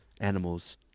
animals